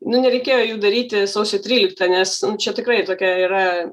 nu nereikėjo jų daryti sausio tryliktą nes čia tikrai tokia yra